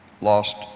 lost –